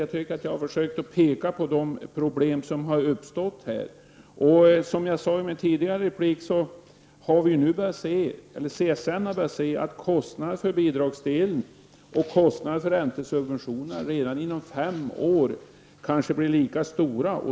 Jag har försökt att peka på de problem som har uppstått. Som jag sade i min tidigare replik börjar man nu på CSN att se att kostnaderna för bidragsdelen och kostnaderna för räntesubventionerna redan inom fem år kanske blir lika stora.